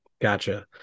Gotcha